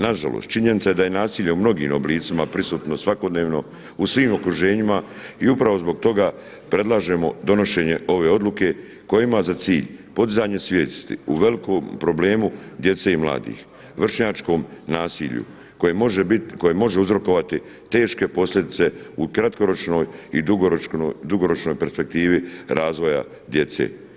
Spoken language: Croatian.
Nažalost, činjenica je da je nasilje u mnogim oblicima prisutno svakodnevno u svim okruženjima i upravo zbog toga predlažemo donošenje ove odluke koja ima za cilj podizanje svijesti o velikom problemu djece i mladih vršnjačkom nasilju koje može uzrokovati teške posljedice u kratkoročnoj i dugoročnoj perspektivi razvoja djece.